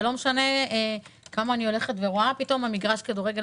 ולא משנה כמה אני רואה שמגרש הכדורגל